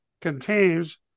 contains